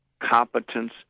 competence